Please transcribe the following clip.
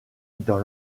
dans